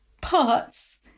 parts